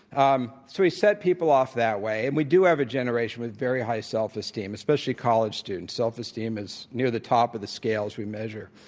um so we set people off that way. and we do have a generation with very high self-esteem, especially college students. self-esteem is near the top of the scales we measure.